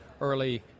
early